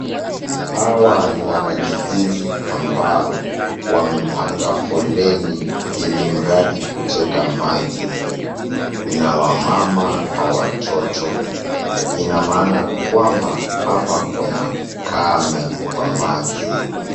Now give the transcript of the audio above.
Hawa ni wanakijiji ambao wamepanga foleni ili mradi kuteka maji. Kuna wamama kwa watoto. Ina maana kwamba hapa kuna ukame wa maji.